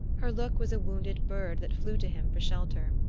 her look was a wounded bird that flew to him for shelter.